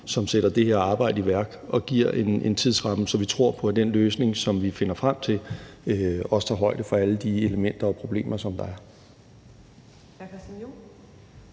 som sætter det her arbejde i værk og giver en tidsramme, så vi tror på, at den løsning, vi finder frem til, også tager højde for alle de elementer og problemer, som der er.